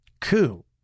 coup